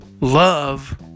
Love